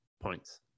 points